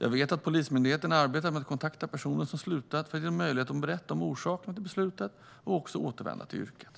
Jag vet att Polismyndigheten arbetar med att kontakta personer som slutat för att ge dem möjlighet att berätta om orsakerna till beslutet och även ge dem möjlighet att återvända till yrket.